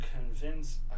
convince